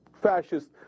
fascist